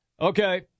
Okay